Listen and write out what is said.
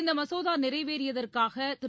இந்தமசோதாநிறைவேறியதற்காகதிரு